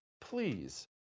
Please